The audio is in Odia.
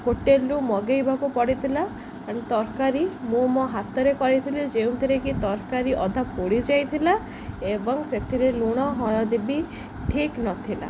ହୋଟେଲ୍ରୁ ମଗାଇବାକୁ ପଡ଼ିଥିଲା ତରକାରୀ ମୁଁ ମୋ ହାତରେ କରିଥିଲି ଯେଉଁଥିରେ କିି ତରକାରୀ ଅଧା ପୋଡ଼ି ଯାଇଥିଲା ଏବଂ ସେଥିରେ ଲୁଣ ହଳଦୀ ବି ଠିକ୍ ନଥିଲା